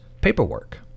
paperwork